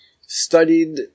studied